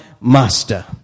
master